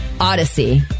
Odyssey